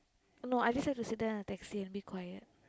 no I just like to sit down the taxi and be quiet